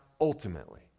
ultimately